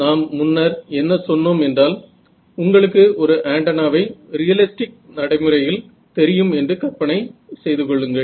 நாம் முன்னர் என்ன சொன்னோம் என்றால் உங்களுக்கு ஒரு ஆண்டனாவை ரியலிஸ்டிக் நடைமுறையில் தெரியும் என்று கற்பனை செய்து கொள்ளுங்கள்